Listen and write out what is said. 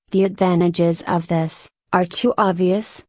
the advantages of this, are too obvious,